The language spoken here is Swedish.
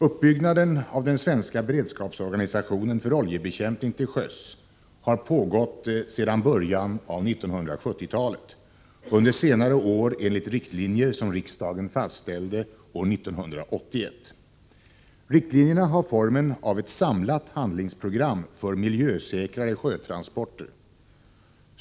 Uppbyggnaden av den svenska beredskapsorganisationen för oljebekämpning till sjöss har pågått sedan början av 1970-talet, under senare år enligt riktlinjer som riksdagen fastställde år 1981. Riktlinjerna har formen av ett samlat handlingsprogram för miljösäkrare sjötransporter.